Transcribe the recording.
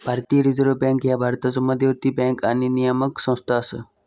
भारतीय reserve bank ह्या भारताचो मध्यवर्ती बँक आणि नियामक संस्था असा